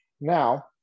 now